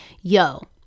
yo